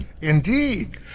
Indeed